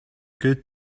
good